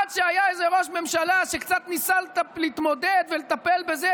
עד שהיה איזה ראש ממשלה שקצת ניסה להתמודד ולטפל בזה,